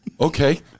okay